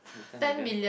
ten million